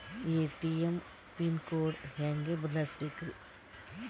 ATM pin code ಹೆಂಗ್ ಬದಲ್ಸ್ಬೇಕ್ರಿ?